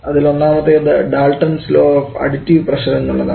അതിൽ ഒന്നാമത്തേത് Dalton's law of additive pressure എന്നുള്ളതാണ്